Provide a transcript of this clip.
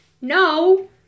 no